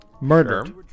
murdered